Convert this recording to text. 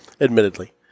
admittedly